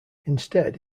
instead